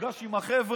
נפגש עם החבר'ה